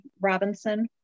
Robinson